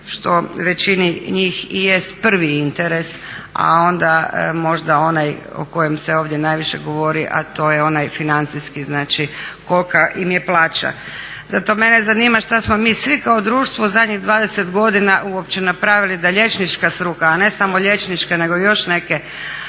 što većini njih i jest prvi interes, a onda možda onaj o kojem se ovdje najviše govori a to je onaj financijski, znači kolika ima je plaća. Zato mene zanima šta smo mi svi kao društvo u zadnjih 20 godina uopće napravili da liječnička struka, a ne samo liječnička, nego i još neke